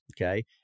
Okay